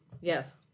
Yes